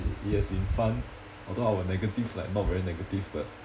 it has been fun although our negative like not very negative but